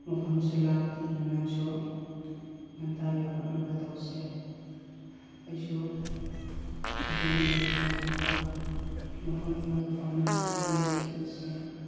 ꯃꯐꯝꯁꯨ ꯂꯥꯞꯄꯅꯤꯅ ꯅꯪꯁꯨ ꯉꯟꯇꯥ ꯌꯧꯔꯛꯅꯕ ꯇꯧꯁꯦ ꯑꯩꯁꯨ ꯐꯖꯅ ꯂꯣꯏꯁꯤꯜꯂꯝꯃꯒ ꯃꯐꯝ ꯑꯃꯗ ꯐꯥꯎꯅꯔꯒ ꯄꯨꯟꯅ ꯆꯠꯂꯁꯦ